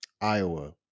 Iowa